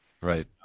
right